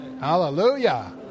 hallelujah